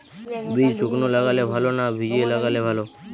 বীজ শুকনো লাগালে ভালো না ভিজিয়ে লাগালে ভালো?